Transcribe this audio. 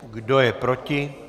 Kdo je proti?